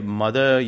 mother